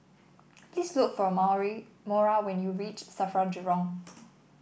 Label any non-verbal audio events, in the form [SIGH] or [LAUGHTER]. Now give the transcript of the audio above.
please look for [UNINTELLIGIBLE] Maura when you reach Safra Jurong